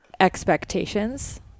expectations